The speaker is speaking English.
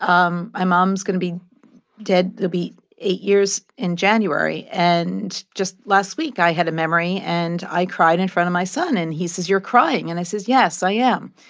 um my mom's going to be dead it'll be eight years in january. and just last week, i had a memory. and i cried in front of my son. and he says, you're crying. and i said, yes, i am.